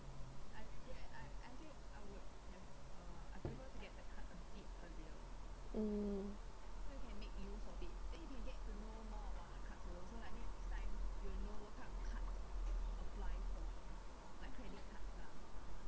mm